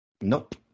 Nope